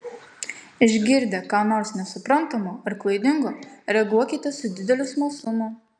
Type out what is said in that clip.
išgirdę ką nors nesuprantamo ar klaidingo reaguokite su dideliu smalsumu